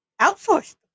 outsourced